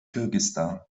kirgisistan